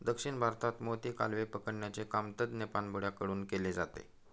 दक्षिण भारतात मोती, कालवे पकडण्याचे काम तज्ञ पाणबुड्या कडून केले जाते